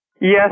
Yes